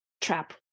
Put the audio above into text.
trap